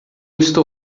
estou